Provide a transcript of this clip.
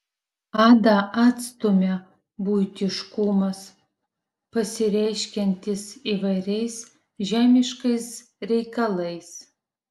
adą atstumia buitiškumas pasireiškiantis įvairiais žemiškais reikalais